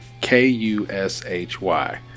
K-U-S-H-Y